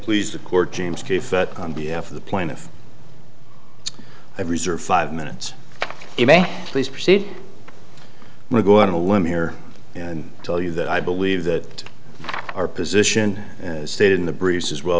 please the court james case but on behalf of the plaintiff i reserve five minutes it may please proceed to go on a limb here and tell you that i believe that our position as stated in the breeze as well